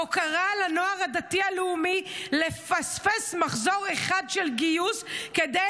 ובו קרא לנוער הדתי-לאומי לפספס מחזור אחד של גיוס כדי